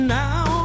now